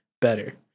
better